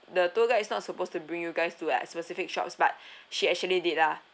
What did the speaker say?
the tour guide is not supposed to bring you guys to like a specific shops but she actually did lah oh